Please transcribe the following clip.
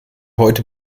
heute